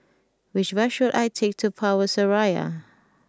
which bus should I take to Power Seraya